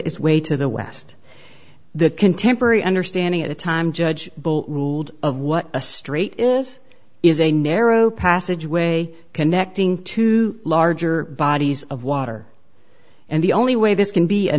is way to the west the contemporary understanding at a time judge ruled of what a straight this is a narrow passageway connecting to larger bodies of water and the only way this can be a